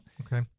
Okay